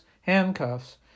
handcuffs